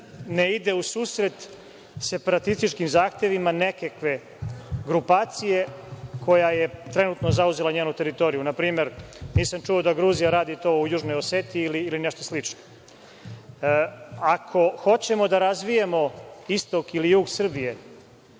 ne ide u susret separatističkim zahtevima nekakve grupacije koja je trenutno zauzela njenu teritoriju. Na primer, nisam čuo da Gruzija radi to u južnoj Oseti, ili nešto slično. Ako hoćemo da razvijemo istok ili jug Srbije,